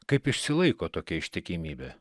kaip išsilaiko tokia ištikimybė